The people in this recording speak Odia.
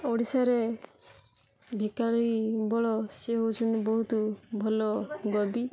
ଓଡ଼ିଶାରେ ଭିକାରୀ ବଳ ସିଏ ହଉଛନ୍ତି ବହୁତ ଭଲ ଗବି